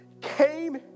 came